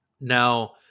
Now